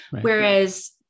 Whereas